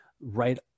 right